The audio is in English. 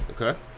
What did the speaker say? Okay